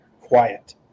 quiet